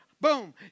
Boom